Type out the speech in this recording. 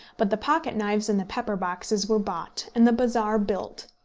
but the pocket-knives and the pepper-boxes were bought, and the bazaar built.